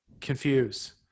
confuse